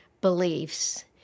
beliefs